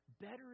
Better